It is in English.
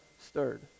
stirred